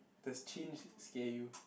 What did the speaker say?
does change scare you